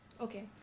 Okay